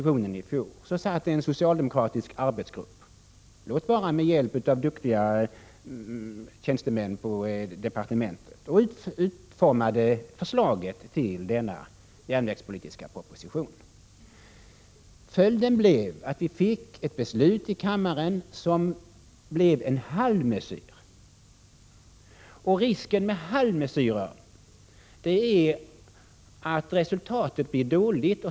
I fjol satt en socialdemokratisk arbetsgrupp, låt vara med hjälp av duktiga tjänstemän på departementet, och utformade förslaget till den stora järn — Prot. 1986/87:7 vägspolitiska proposition som sedan lades fram. Följden blev ett beslut i 15 oktober 1986 kammaren som var en halvmesyr. Risken med halvmesyrer är ju att resultatet blir dåligt.